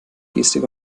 gestik